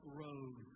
road